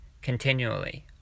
continually